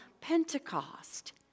Pentecost